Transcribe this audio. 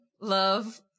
love